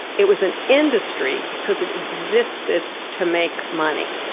it was an industry because it existed to make money.